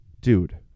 dude